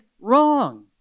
wrong